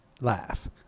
laugh